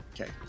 Okay